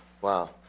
Wow